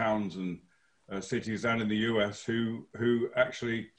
הנקודה השנייה היא שיש